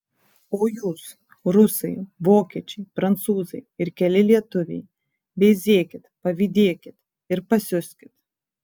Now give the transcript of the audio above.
o jūs rusai vokiečiai prancūzai ir keli lietuviai veizėkit pavydėkit ir pasiuskit